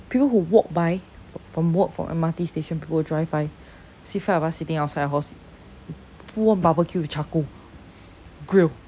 people who walk by from work from M_R_T station people who drive by see five of us sitting outside our house full on barbeque with charcoal grill